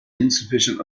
insufficient